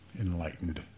enlightened